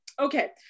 okay